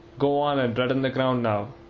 go on and redden the ground now,